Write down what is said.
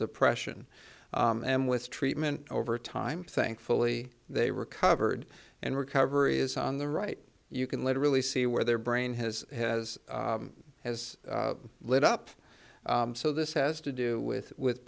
depression and with treatment over time thankfully they recovered and recover is on the right you can literally see where their brain has has has lit up so this has to do with with